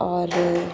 और